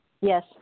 Yes